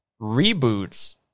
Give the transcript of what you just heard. reboots